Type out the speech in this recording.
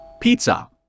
Pizza